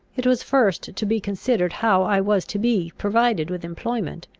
it was first to be considered how i was to be provided with employment,